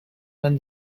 van